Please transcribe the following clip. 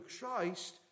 Christ